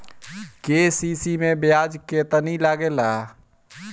KCC मै ब्याज केतनि लागेला?